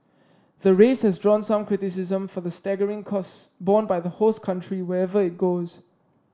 the race has drawn some criticism for the staggering costs borne by the host country wherever it goes